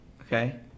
Okay